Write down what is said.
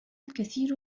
الكثير